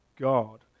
God